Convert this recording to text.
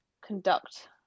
conduct